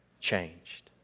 changed